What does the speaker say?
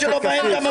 --- בהם גם אתה?